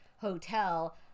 hotel